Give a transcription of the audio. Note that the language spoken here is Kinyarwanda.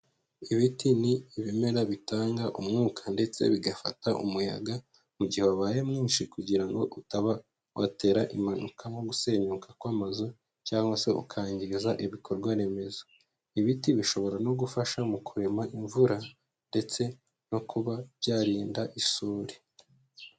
Ibiti ni ibimera bitanga umwuka ndetse bigafata umuyaga, mu mugihe wabaye mwinshi kugira ngo utaba watera impanuka nko gusenyuka kw'amazu cyangwa se ukangiza ibikorwa remezo, ibiti bishobora no gufasha mu kurema imvura ndetse no kuba byarinda isuri.